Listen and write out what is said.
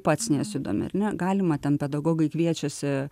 pats nesidomi ar ne galima ten pedagogai kviečiasi